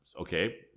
okay